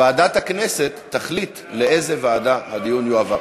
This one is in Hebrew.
ועדת הכנסת תחליט לאיזו ועדה הדיון יועבר.